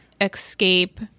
escape